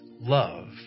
Love